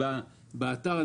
מראש באתר.